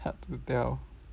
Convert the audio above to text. hard to tell